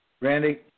Randy